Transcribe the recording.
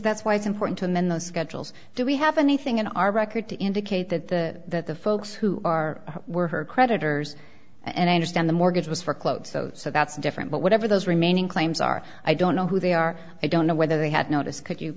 that's why it's important to mend the schedules do we have anything in our record to indicate that the folks who are were her creditors and i understand the mortgages for close so that's different but whatever those remaining claims are i don't know who they are i don't know whether they had notice could you